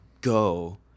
go